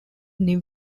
new